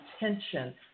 attention